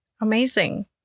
Amazing